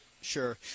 Sure